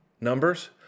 numbers